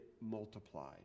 multiplied